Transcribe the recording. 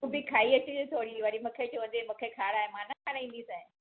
तूं बि खाई अचिजे वरी मूंखे चवंदीअ मूंखे खाराइ मां न खाराईंदीसांइ